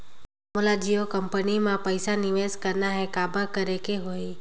मोला जियो कंपनी मां पइसा निवेश करना हे, काबर करेके होही?